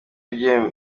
byari